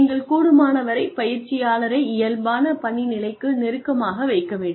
நீங்கள் கூடுமானவரை பயிற்சியாளரை இயல்பான பணி நிலைக்கு நெருக்கமாக வைக்க வேண்டும்